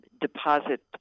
deposit